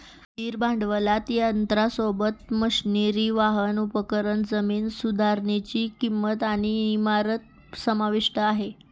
स्थिर भांडवलात यंत्रासोबत, मशनरी, वाहन, उपकरण, जमीन सुधारनीची किंमत आणि इमारत समाविष्ट आहे